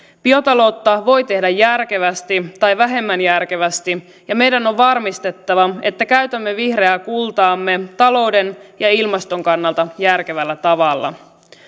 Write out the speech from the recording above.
biotaloutta voi tehdä järkevästi tai vähemmän järkevästi ja meidän on varmistettava että käytämme vihreää kultaamme talouden ja ilmaston kannalta järkevällä tavalla